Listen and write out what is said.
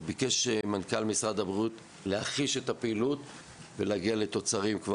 ביקש מנכ"ל משרד הבריאות להחיש את הפעילות ולהגיע לתוצרים.